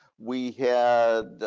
we had